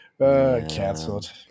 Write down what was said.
Cancelled